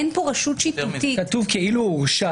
אין כאן רשות שיפוטית --- כתוב כאילו הורשע